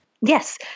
Yes